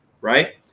right